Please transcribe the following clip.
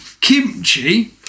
Kimchi